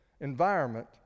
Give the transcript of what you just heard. environment